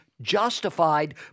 justified